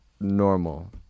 normal